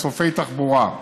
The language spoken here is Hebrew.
מסופי תחבורה.